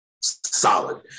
solid